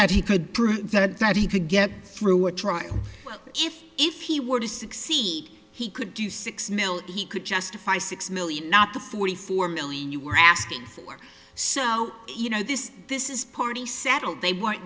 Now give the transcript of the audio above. that he could prove that he could get through a trial if if he were to succeed he could do six mil he could justify six million not the forty four million you were asking for so you know this this is party settled they w